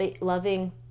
loving